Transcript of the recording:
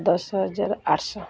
ଦଶ ହଜାର ଆଠ ଶହ